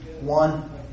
One